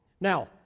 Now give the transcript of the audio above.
Now